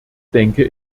denke